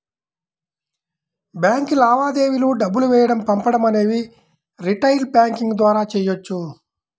bank లావాదేవీలు డబ్బులు వేయడం పంపడం అనేవి రిటైల్ బ్యాంకింగ్ ద్వారా చెయ్యొచ్చు